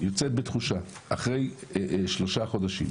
יוצאת בתחושה אחרי שלושה חודשים